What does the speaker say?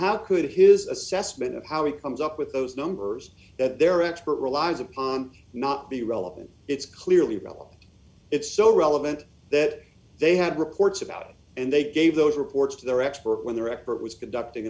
how could his assessment of how he comes up with those numbers that their expert relies upon not be relevant it's clearly below it's so relevant that they had reports about it and they gave those reports to their experts d when their expert was conducting